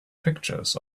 pictures